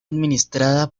administrada